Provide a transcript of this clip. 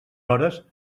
hores